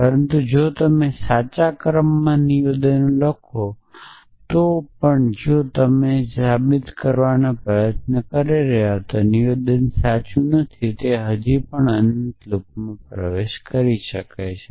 પરંતુ જો તમે સાચા ક્રમમાં નિવેદનો લખો તો પણ જો તમે જે સાબિત કરવાનો પ્રયાસ કરી રહ્યા છો તે નિવેદન સાચું નથી તે હજી પણ અનંત લૂપમાં પ્રવેશ કરી શકે છે